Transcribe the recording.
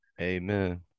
Amen